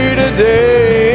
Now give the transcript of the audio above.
today